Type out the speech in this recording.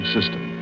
System